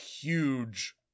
huge